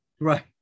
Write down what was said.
Right